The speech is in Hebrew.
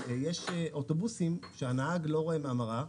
יש אוטובוסים שבהם הנהג לא רואה מן המראה.